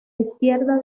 izquierda